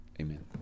Amen